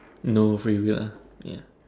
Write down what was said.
no free will ah ya